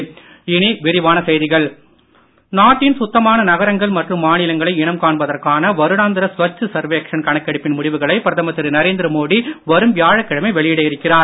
மோடி ஸ்வச் பாரத் நாட்டின் சுத்தமான நகரங்கள் மற்றும் மாநிலங்களை இனம் காண்பதற்கான வருடாந்திர ஸ்வச் சர்வேச்ஷண் கணக்கெடுப்பின் முடிவுகளை பிரதமர் திரு நரேந்திர மோடி வரும் வியாழக்கிழமை வெளியிட இருக்கிறார்